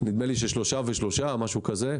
משהו כזה.